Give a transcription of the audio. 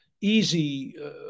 easy